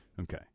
Okay